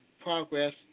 progress